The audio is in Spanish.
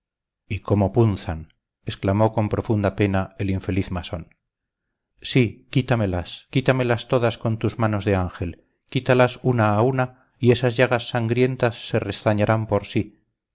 y cómo punzan exclamó con profunda pena el infeliz masón sí quítamelas quítamelas todas con tus manos de ángel quítalas una a una y esas llagas sangrientas se restañarán por sí